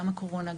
גם הקורונה,